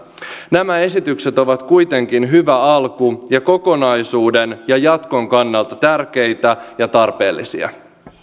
nämä esitykset ovat kuitenkin hyvä alku ja kokonaisuuden ja jatkon kannalta tärkeitä ja tarpeellisia